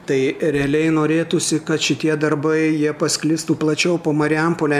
tai realiai norėtųsi kad šitie darbai jie pasklistų plačiau po marijampolę